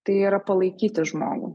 tai yra palaikyti žmogų